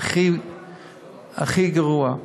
הכי גרוע.